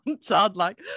childlike